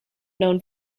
known